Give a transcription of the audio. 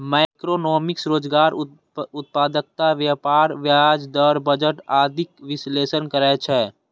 macroeconomics रोजगार, उत्पादकता, व्यापार, ब्याज दर, बजट आदिक विश्लेषण करै छै